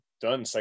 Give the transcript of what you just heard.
done